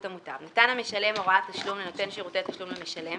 המוטב נתן המשלם הוראת תשלום לנותן שירותי תשלום למשלם,